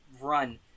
run